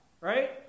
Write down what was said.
right